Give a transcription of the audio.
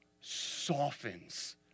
softens